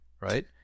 right